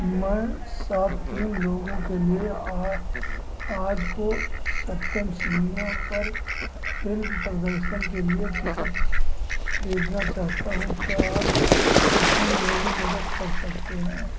मैं सात तीन लोगों के लिए आज आज को सत्यम सिनेमा पर फिल्म प्रदर्शन के लिए टिकट ख़रीदना चाहता हूँ क्या आप इसमें मेरी मदद कर सकते हैं